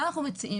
מה אנחנו מציעים?